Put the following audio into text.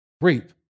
reap